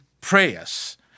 prayers